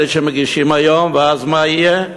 אלה שמגישים היום, ואז מה יהיה?